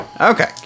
Okay